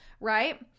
right